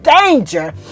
danger